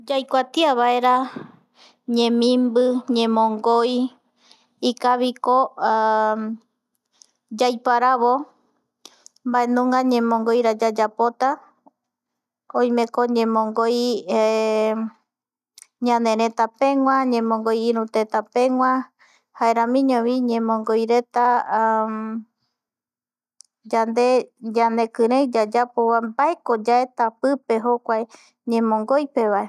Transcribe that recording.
Yaikuatiavaera ñemimbi ñemongoi ikaviko yaiparavo maenunga ñemongoyra yayapota, oimeko yemongoy ñaneretapegua, memongoi iru tetapegua jaeramiñovi ñemongoi reta, yande ñanekirei yayapovaera jokua ñemongoipevae